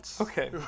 Okay